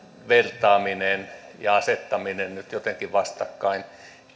vertaaminen ja asettaminen nyt jotenkin vastakkain